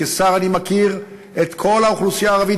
כשר אני מכיר את כל האוכלוסייה הערבית,